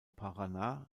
paraná